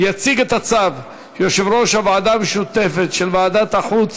יציג את הצו יושב-ראש הוועדה המשותפת של ועדת החוץ